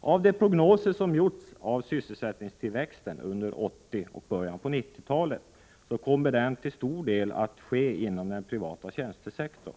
Av de prognoser som gjorts beträffande sysselsättningstillväxten under 1980 och början av 1990-talet kommer den att ske till stor del inom den privata tjänstesektorn.